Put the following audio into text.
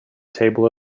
table